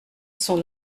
son